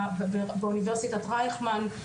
באוניברסיטת רייכמן,